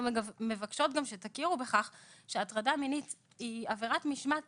אנחנו מבקשות שתכירו בכך שהטרדה מינית היא עבירת משמעת